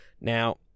Now